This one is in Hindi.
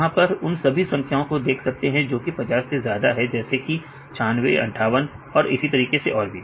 यहां पर आप उन सभी संख्याओं को देख सकते हैं जो कि 50 से ज्यादा है जैसे कि 96 58 और इसी तरीके से और भी